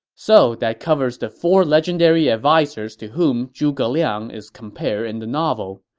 so that covers the four legendary advisers to whom zhuge liang is compared in the novel.